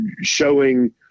showing